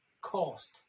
cost